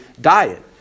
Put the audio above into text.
diet